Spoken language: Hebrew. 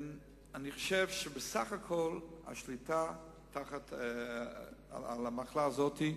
אני חושב שבסך הכול השליטה על המחלה הזאת היא